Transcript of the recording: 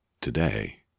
today